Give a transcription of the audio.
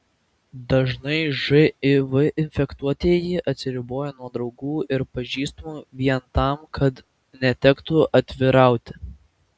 dažnai živ infekuotieji atsiriboja nuo draugų ir pažįstamų vien tam kad netektų atvirauti